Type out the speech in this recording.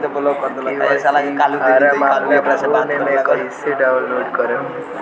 KYC form अपना phone मे कइसे डाऊनलोड करेम?